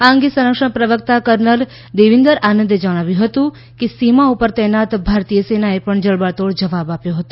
આ અંગે સંરક્ષણ પ્રવક્તા કર્નલ દેવિંદર આનંદે જણાવ્યું હતું કે સીમા ઉપર તૈનાત ભારતીય સેનાએ પણ જડબાતોડ જવાબ આપ્યો હતો